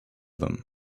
them